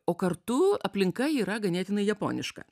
o kartu aplinka yra ganėtinai japoniška